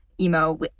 emo